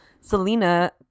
Selena